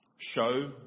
Show